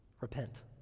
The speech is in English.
Repent